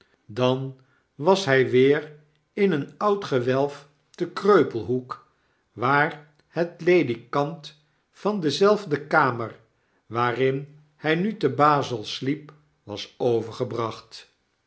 dan was hy weer in een oud gewelf e kreupelhoek waar het ledikant van dezelfde kamer waarin hp nu tebazelsliep wasovergebracht